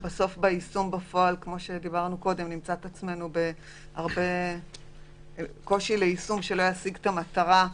שביישום בפועל נמצא את עצמנו בקשיים להשיג את המטרה?